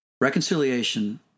Reconciliation